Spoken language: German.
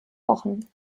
wochen